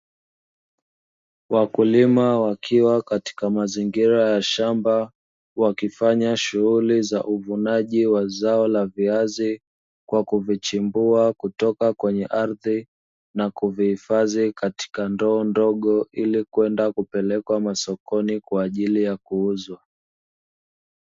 Wakulima wakiwa katika mazingira ya shamba wakifanya shughuli za uvunaji wa zao la viazi kwa kuvichimbua, kutoka kwenye ardhi na kuvihifadhi katika ndoo ndogo ili kwenda kupelekwa masokoni kwa ajili ya kuuzwa.